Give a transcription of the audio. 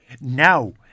Now